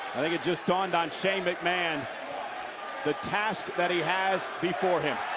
i think it just dawned on shane mcmahon the task that he has before him.